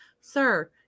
sir